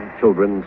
children